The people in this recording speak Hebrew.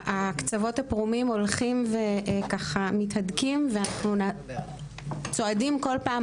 הקצוות הפרומים הולכים ומתהדקים ואנחנו צועדים כול פעם